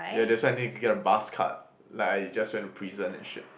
yeah that's why need to get a bus card like I just went to prison and shit